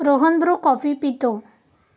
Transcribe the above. Rohan Bru coffee पितो